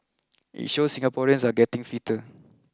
it shows Singaporeans are getting fitter